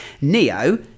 neo